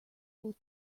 will